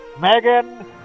Megan